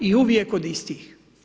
I uvijek kod istih.